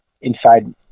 inside